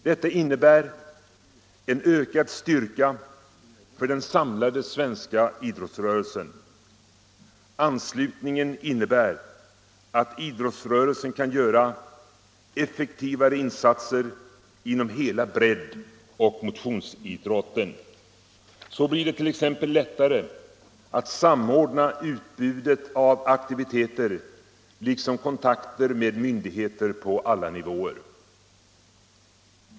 Detta innebär en ökad styrka för den samlade svenska idrottsrörelsen. Anslutningen innebär att idrottsrörelsen kan göra effektivare insatser inom hela breddoch motionsidrotten. Så blir det t.ex. lättare att samordna utbudet av aktiviteter liksom kontakter med myndigheter på alla nivåer.